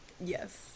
Yes